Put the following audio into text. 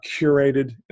curated